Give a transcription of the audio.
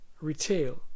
retail